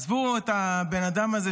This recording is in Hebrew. עזבו את הבן אדם הזה,